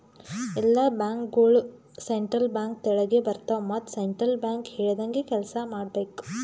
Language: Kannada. ಎಲ್ಲಾ ಬ್ಯಾಂಕ್ಗೋಳು ಸೆಂಟ್ರಲ್ ಬ್ಯಾಂಕ್ ತೆಳಗೆ ಬರ್ತಾವ ಮತ್ ಸೆಂಟ್ರಲ್ ಬ್ಯಾಂಕ್ ಹೇಳ್ದಂಗೆ ಕೆಲ್ಸಾ ಮಾಡ್ಬೇಕ್